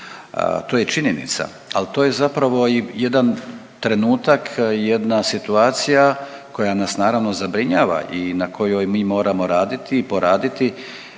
To je činjenica, al to je zapravo i jedan trenutak i jedna situacija koja nas naravno zabrinjava i na kojoj mi moramo raditi i poraditi,